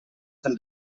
than